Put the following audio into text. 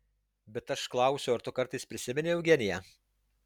bet aš klausiu ar tu kartais prisimeni eugeniją